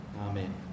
Amen